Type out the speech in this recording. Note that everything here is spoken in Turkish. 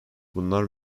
bunlar